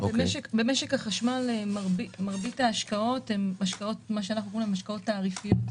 במשק החשמל מרבית ההשקעות הן השקעות תעריפיות.